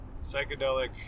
psychedelic